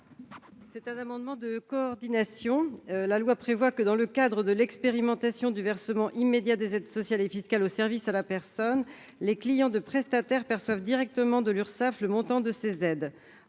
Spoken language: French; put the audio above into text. est à Mme la rapporteure générale. La loi prévoit que, dans le cadre de l'expérimentation du versement immédiat des aides sociales et fiscales aux services à la personne, les clients de prestataires perçoivent directement de l'Urssaf le montant des aides